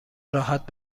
راحت